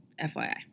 FYI